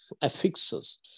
affixes